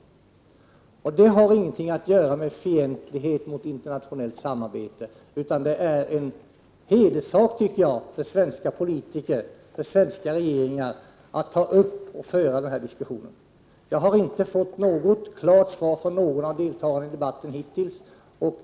Att jag ställer denna fråga har ingenting att göra med fientlighet mot internationellt samarbete, men jag menar att det är en hederssak för svenska politiker och svenska regeringar att ta upp och höra denna diskussion. Jag har hittills inte fått ett klart svar från någon av deltagarna i debatten.